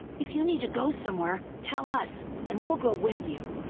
if you need to go somewhere, tell us and we'll go with you.